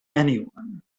anyone